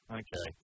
okay